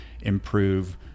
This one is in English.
improve